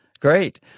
Great